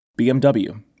BMW